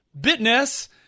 Bitness